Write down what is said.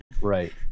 right